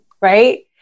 Right